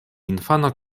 infana